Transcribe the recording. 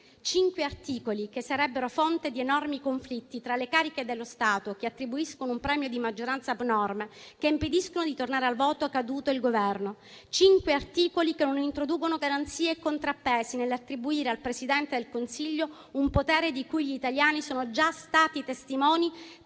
Cinque articoli sarebbero fonte di enormi conflitti tra le cariche dello Stato, che attribuiscono un premio di maggioranza abnorme, che impediscono di tornare al voto, caduto il Governo; cinque articoli che non introducono garanzie e contrappesi nell'attribuire al Presidente del Consiglio un potere di cui gli italiani sono già stati testimoni